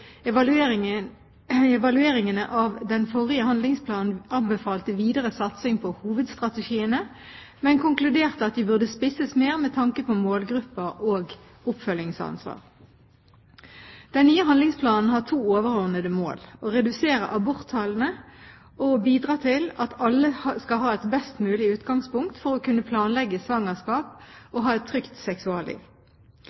Evalueringene av den forrige handlingsplanen anbefalte videre satsing på hovedstrategiene, men konkluderte at de burde spisses mer med tanke på målgrupper og oppfølgingsansvar. Den nye handlingsplanen har to overordnede mål: å redusere aborttallene og å bidra til at alle skal ha et best mulig utgangspunkt for å kunne planlegge svangerskap